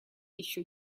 еще